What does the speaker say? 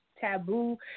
Taboo